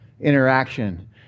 interaction